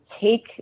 take